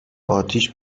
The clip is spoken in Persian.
آتیش